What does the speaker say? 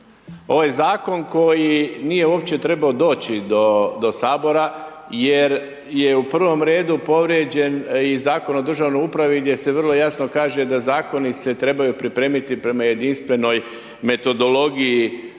Ovaj Zakon koji nije uopće trebao doći do HS jer je u prvom redu povrijeđen i Zakon o državnoj upravi gdje se vrlo jasno kaže da Zakoni se trebaju pripremiti prema jedinstvenoj metodologiji